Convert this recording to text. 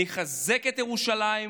נחזק את ירושלים,